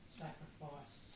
sacrifice